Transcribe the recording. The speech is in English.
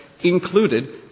included